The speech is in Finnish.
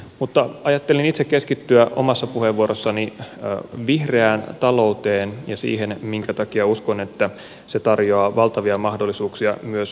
mutta ajattelin itse keskittyä omassa puheenvuorossani vihreään talouteen ja siihen minkä takia uskon että se tarjoaa valtavia mahdollisuuksia myös suomelle